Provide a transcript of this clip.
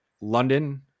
London